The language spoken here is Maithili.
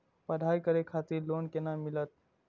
पढ़ाई करे खातिर लोन केना मिलत?